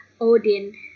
Odin